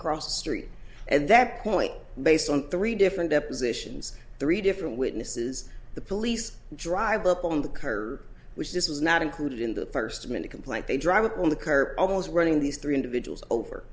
across the street and that point based on three different depositions three different witnesses the police drive up on the courier which this was not included in the first minute complaint they drive on the car almost running these three individuals over